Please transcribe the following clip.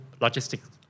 logistics